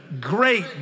Great